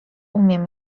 umiem